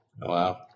Wow